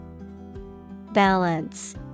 Balance